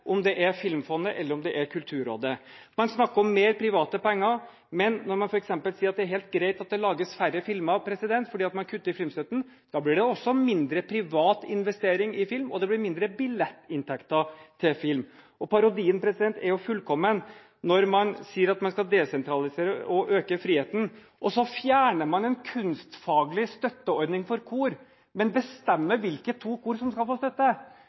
om det er Filmfondet eller Kulturrådet. Man snakker om mer private penger, men når man f.eks. sier at det er helt greit at det lages færre filmer fordi man kutter i filmstøtten, blir det også mindre privat investering i film, og det blir mindre billettinntekter til film. Parodien er fullkommen når man sier at man skal desentralisere og øke friheten, og man fjerner en kunstfaglig støtteordning for kor, men bestemmer hvilke to kor som skal få støtte!